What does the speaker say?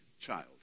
child